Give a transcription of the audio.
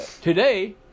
today